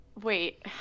Wait